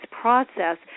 process